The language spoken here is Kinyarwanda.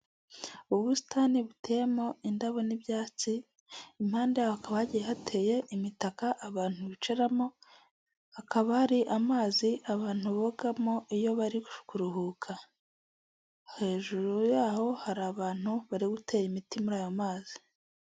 Ubusitani buteyemo indabo n'ibyatsi, impande yaho hakaba hagiye hateye imitaka abantu bicaramo, hakaba hari amazi abantu bogamo iyo bari kuruhuka. Hejuru yaho hari abantu bari gutera imiti muri ayo mazi.